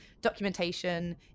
documentation